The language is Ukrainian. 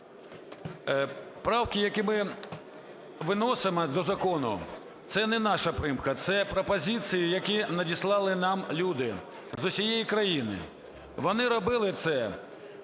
Правки, які ми виносимо до закону, це не наша примха, це пропозиції, які надіслали нам люди з усієї країни. Вони робили це